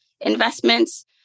investments